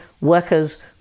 Workers